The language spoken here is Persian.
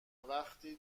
وقتی